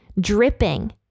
dripping